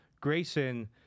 Grayson